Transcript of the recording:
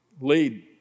lead